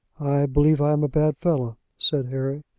i believe i am a bad fellow, said harry.